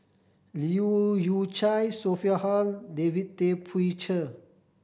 Leu Yew Chye Sophia Hull David Tay Poey Cher